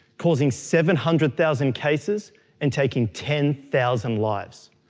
causing seven hundred thousand cases and taking ten thousand lives.